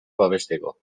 babesteko